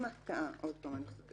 איך כותבים את זה?